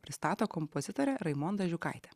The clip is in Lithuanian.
pristato kompozitorė raimonda žiūkaitė